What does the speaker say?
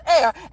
air